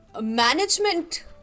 management